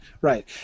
right